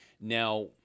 Now